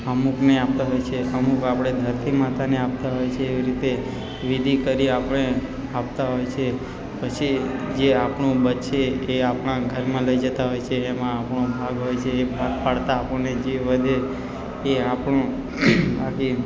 અમૂકને આપતા હોય છે અમુક આપણે ધરતી માતાને આપતા હોય છીએ એવી રીતે વિધિ કરી આપણે આપતા હોય છીએ પછી જે આપણું બચે એ આપણા ઘરમાં લઈ જતાં હોય છે એમાં આપણો ભાગ હોય છે એ ભાગ પાળતા આપણને જે વધે એ આપણું બાકી